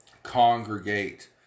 congregate